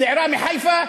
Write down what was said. צעירה מחיפה,